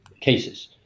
cases